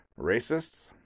racists